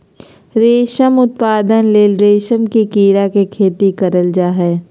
रेशम उत्पादन ले रेशम के कीड़ा के खेती करल जा हइ